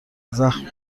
زخم